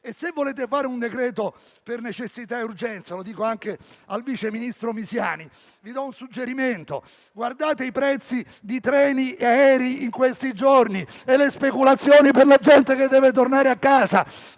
Se volete fare un decreto-legge per necessità e urgenza, lo dico anche al vice ministro Misiani, vi do un suggerimento: guardate i prezzi di treni e aerei in questi giorni e le speculazioni per la gente che deve tornare a casa.